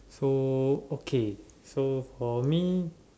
so okay so for me